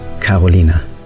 Carolina